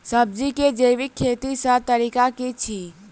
सब्जी केँ जैविक खेती कऽ तरीका की अछि?